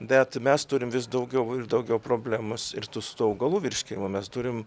bet mes turim vis daugiau ir daugiau problemų ir tų su tų augalų virškinimu mes turim